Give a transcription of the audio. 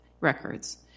records